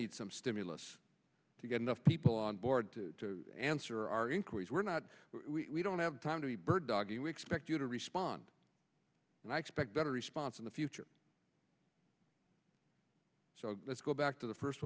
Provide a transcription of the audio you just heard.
needs some stimulus to get enough people on board to answer our inquiries we're not we don't have time to be bird dog you expect you to respond and i expect better response in the future so let's go back to the first